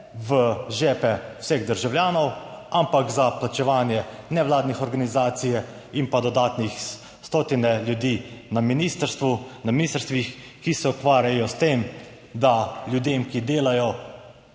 v žepe vseh državljanov ampak za plačevanje nevladnih organizacij in pa dodatnih stotine ljudi na ministrstvu, na ministrstvih, ki se ukvarjajo s tem, da ljudem, ki delajo,